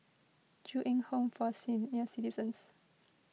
Ju Eng Home for Senior Citizens